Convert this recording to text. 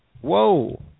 Whoa